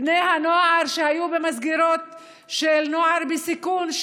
בני הנוער שהיו במסגרות של נוער בסיכון,